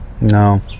no